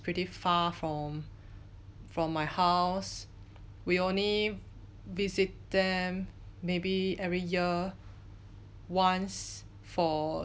pretty far from from my house we only visit them maybe every year once for